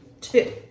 two